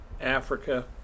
Africa